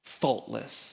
faultless